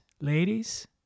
Ladies